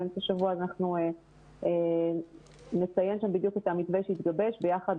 באמצע השבוע נסיים את המתווה בשיתוף